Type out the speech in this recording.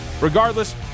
regardless